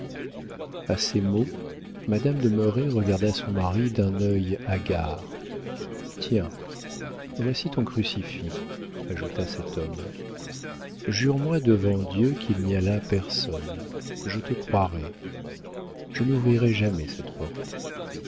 a ces mots madame de merret regarda son mari d'un œil hagard tiens voici ton crucifix ajouta cet homme jure-moi devant dieu qu'il n'y a là personne je te croirai je n'ouvrirai jamais cette porte